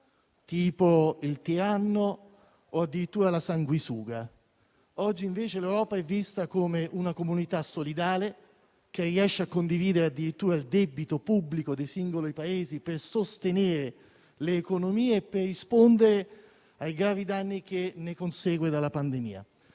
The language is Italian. il tiranno o addirittura la sanguisuga; oggi invece l'Europa è vista come una comunità solidale che riesce a condividere addirittura il debito pubblico dei singoli Paesi per sostenere le economie e per rispondere ai gravi danni che derivano dalla pandemia.